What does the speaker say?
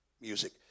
music